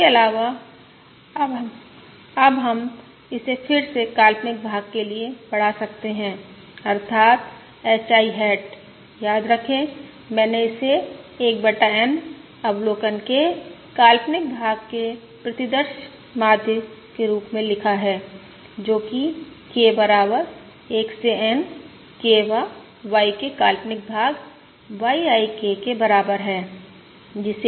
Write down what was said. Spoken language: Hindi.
इसके अलावा अब हम इसे फिर से काल्पनिक भाग के लिए बढ़ा सकते हैं अर्थात् HI हैट याद रखें मैंने इसे 1 बटा N अवलोकन के काल्पनिक भाग के प्रतिदर्श माध्य रूप में लिखा है जो कि K बराबर 1 से N K वाँ Y के काल्पनिक भाग YI K के बराबर है